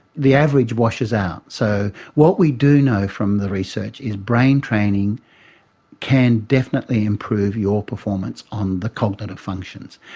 the average washes out. so what we do know from the research is brain training can definitely improve your performance on the cognitive functions.